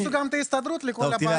אולי תכניסו גם את ההסתדרות לכל הבעיה.